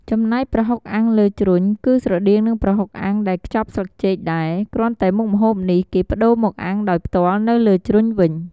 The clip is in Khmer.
ចំណែកប្រហុកអាំងលើជ្រុញ គឺស្រដៀងនឹងប្រហុកអាំងដែលខ្ចប់ស្លឹកចេកដែរ គ្រាន់តែមុខម្ហូបនេះគេប្ដូរមកអាំងដោយផ្ទាល់នៅលើជ្រុញវិញ។